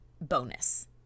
bonus